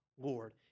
Lord